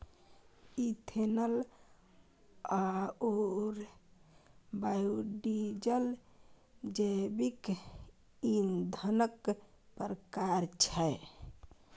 ethanol आओर biodiesel जैविक ईंधनक प्रकार छै